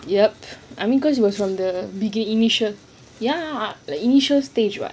yup I mean cause it was from the begin initial ya the initial stage [what]